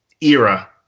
era